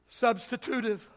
substitutive